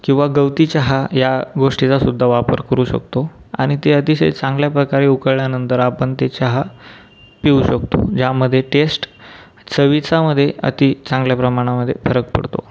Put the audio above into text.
किंवा गवती चहा या गोष्टीचा सुद्धा वापर करू शकतो आणि ते अतिशय चांगल्याप्रकारे उकळल्यानंतर आपण ते चहा पिऊ शकतो ज्यामध्ये टेस्ट चवीचामध्ये अति चांगल्या प्रमाणामध्ये फरक पडतो